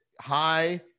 high